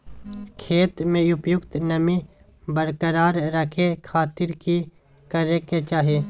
खेत में उपयुक्त नमी बरकरार रखे खातिर की करे के चाही?